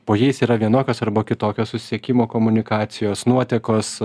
po jais yra vienokios arba kitokios susisiekimo komunikacijos nuotekos